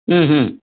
ಹ್ಞೂ ಹ್ಞೂ